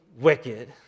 wicked